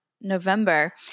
November